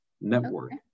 network